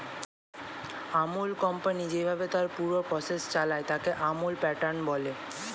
আমূল company যেইভাবে তার পুরো প্রসেস চালায়, তাকে আমূল প্যাটার্ন বলে